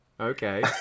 Okay